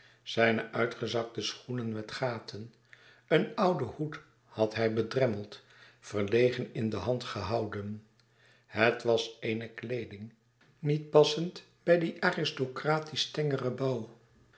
zijne uitgezakte schoenen met gaten een ouden hoed had hij bedremmeld verlegen in de hand gehouden het was eene kleeding niets passend bij dien